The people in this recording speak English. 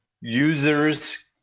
users